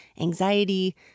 anxiety